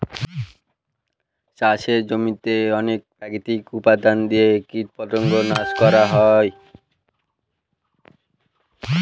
চাষের জমিতে অনেক প্রাকৃতিক উপাদান দিয়ে কীটপতঙ্গ নাশ করা হয়